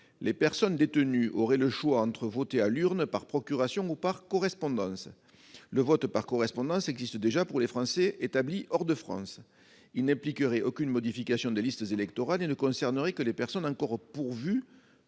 les personnes détenues auraient le choix entre voter à l'urne, par procuration ou par correspondance. Le vote par correspondance existe déjà pour les Français établis hors de France ; il n'impliquerait aucune modification des listes électorales et ne concernerait que les personnes encore pourvues